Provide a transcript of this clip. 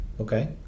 Okay